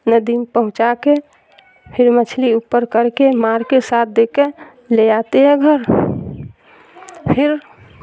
ندی میں پہنچا کے پھر مچھلی اوپر کر کے مار کے ساتھ دے کے لے آتے ہیں گھر پھر